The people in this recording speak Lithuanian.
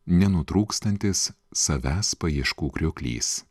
nenutrūkstantis savęs paieškų krioklys